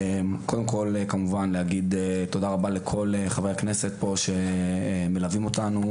קודם כל כמובן להגיד תודה רבה לכל חברי הכנסת שמלווים אותנו,